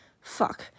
Fuck